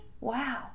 wow